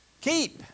keep